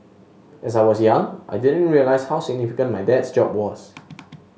as I was young I didn't realise how significant my dad's job was